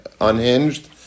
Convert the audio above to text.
unhinged